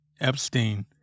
Epstein